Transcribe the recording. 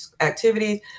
activities